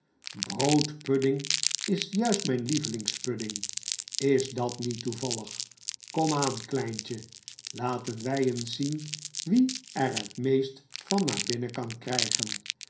broodpudding is juist mijn lievelingspudding is dat niet toevallig komaan kleintje laten wij eens zien wie er het meeste van naar binnen kan krijgen